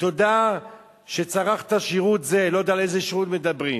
"תודה שצרכת שירות זה" לא יודע על איזה שירות מדברים.